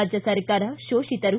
ರಾಜ್ಜ ಸರ್ಕಾರವು ಶೋಷಿತರು